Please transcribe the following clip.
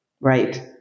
right